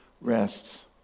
rests